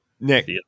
Nick